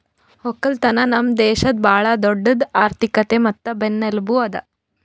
ಒಕ್ಕಲತನ ನಮ್ ದೇಶದ್ ಭಾಳ ದೊಡ್ಡುದ್ ಆರ್ಥಿಕತೆ ಮತ್ತ ಬೆನ್ನೆಲುಬು ಅದಾ